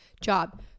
job